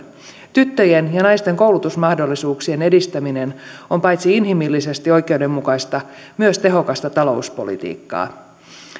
tyttöjen ja naisten koulutusmahdollisuuksien edistäminen on paitsi inhimillisesti oikeudenmukaista myös tehokasta talouspolitiikkaa